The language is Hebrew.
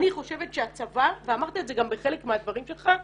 אני חושבת שהצבא, ואמרת את זה בחלק מדבריך פה